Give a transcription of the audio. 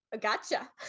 Gotcha